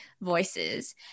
voices